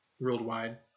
worldwide